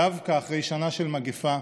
דווקא אחרי שנה של מגפה,